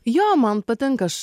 jo man patinka aš